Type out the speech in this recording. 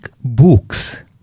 books